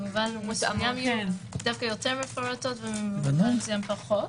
במובן מסוים יותר מפורטות ובמובן מסוים פחות,